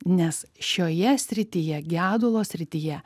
nes šioje srityje gedulo srityje